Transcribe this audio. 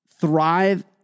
thrive